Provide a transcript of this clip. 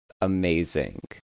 amazing